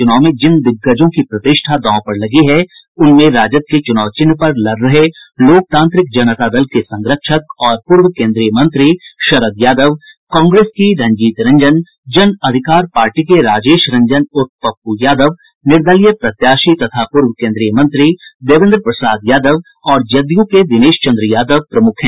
चूनाव में जिन दिग्गजों की प्रतिष्ठा दांव पर लगी है उनमें राजद के चुनाव चिन्ह पर लड़ रहे लोकतांत्रिक जनता दल के संरक्षक और पूर्व केंद्रीय मंत्री शरद यादव कांग्रेस की रंजीत रंजन जन अधिकार पार्टी के राजेश रंजन उर्फ पप्पू यादव निर्दलीय प्रत्याशी तथा पूर्व केन्द्रीय मंत्री देवेन्द्र प्रसाद यादव और जदयू के दिनेश चंद्र यादव प्रमूख हैं